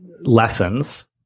lessons